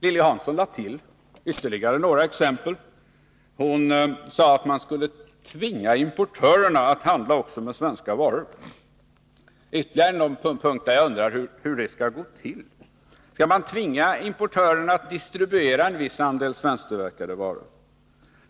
Lilly Hansson lade till ytterligare några exempel och sade att man skulle tvinga importörerna att handla också med svensktillverkade varor. Det är ännu en punkt där jag undrar hur det skall gå till. Skall vi tvinga importörerna att distribuera en viss andel svenska varor?